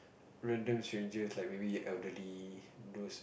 random strangers like maybe elderly those